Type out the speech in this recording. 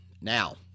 now